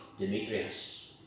Demetrius